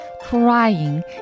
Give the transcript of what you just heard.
crying